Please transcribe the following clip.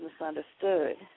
misunderstood